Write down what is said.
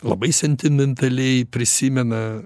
labai sentimentaliai prisimena